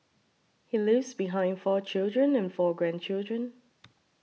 he leaves behind four children and four grandchildren